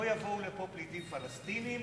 לא יבואו הנה פליטים פלסטינים,